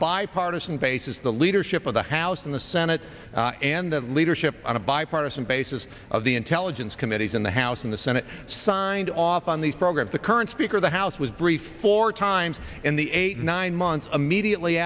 bipartisan basis the leadership of the house in the senate and the leadership on a bipartisan basis of the intelligence committees in the house and the senate signed off on these programs the current speaker of the house was brief for time in the eight nine months immediately